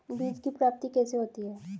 बीज की प्राप्ति कैसे होती है?